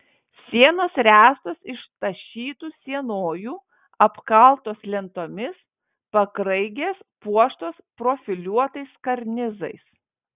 sienos ręstos iš tašytų sienojų apkaltos lentomis pakraigės puoštos profiliuotais karnizais